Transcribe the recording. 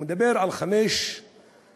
הוא מדבר על חמש יחידות,